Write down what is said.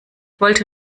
wollte